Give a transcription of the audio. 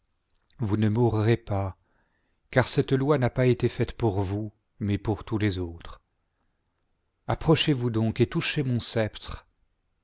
vous ne mourrez pas car cette loi i n'a pas été faite pour vous mais pour i tous les autres approchez-vous donc et touchez mon sceptre